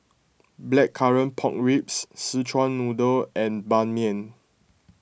Blackcurrant Pork Ribs Szechuan Noodle and Ban Mian